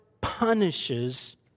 punishes